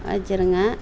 வச்சிருங்க